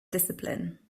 discipline